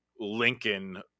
Lincoln